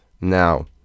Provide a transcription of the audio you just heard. Now